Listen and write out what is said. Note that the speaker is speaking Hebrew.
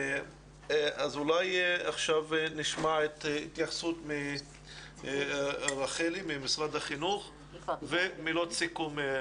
אז אולי עכשיו נשמע את התייחסות רחלי ממשרד החינוך ומילות סיכום.